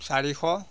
চাৰিশ